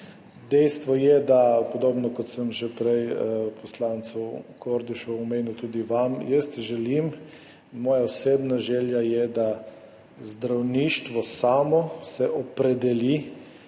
Dejstvo je, podobno, kot sem že prej poslancu Kordišu omenil, tudi vam, da jaz želim, moja osebna želja je, da se zdravništvo samo opredeli